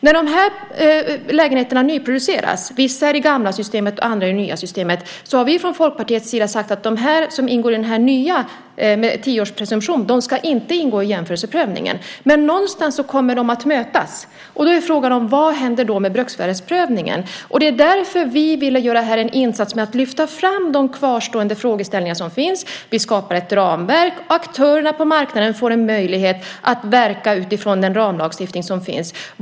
När det gäller lägenheterna som nyproduceras, vissa i det gamla systemet och andra i det nya systemet, har vi från Folkpartiets sida sagt att de som ingår i det nya, med tio års presumtion, inte ska ingå i jämförelseprövningen. Men någonstans kommer de att mötas. Då är frågan: Vad händer med bruksvärdesprövningen? Det är därför som vi ville göra en insats här och lyfta fram de kvarstående frågeställningar som finns. Vi skapar ett ramverk. Aktörerna på marknaden får en möjlighet att verka utifrån den ramlagstiftning som finns.